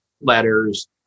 letters